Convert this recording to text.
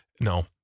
No